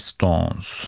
Stones